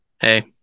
hey